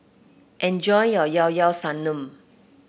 enjoy your Llao Llao Sanum